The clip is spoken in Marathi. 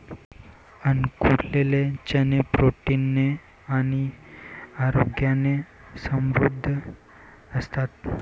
अंकुरलेले चणे प्रोटीन ने आणि आरोग्याने समृद्ध असतात